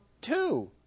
two